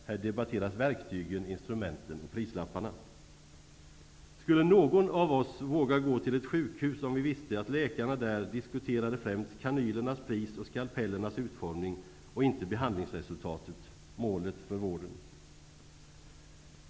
Här debatteras verktygen, instrumenten och prislapparna. Skulle någon av oss våga gå till ett sjukhus, om vi visste att läkarna där diskuterade främst kanylernas pris och skalpellernas utformning och inte behandlingsresultatet -- målet för vården?